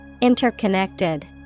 Interconnected